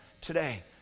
today